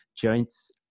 joints